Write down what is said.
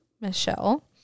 Michelle